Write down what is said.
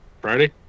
friday